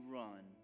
run